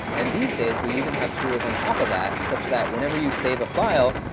and these days, we even have tools on top of that such that whenever you save a file,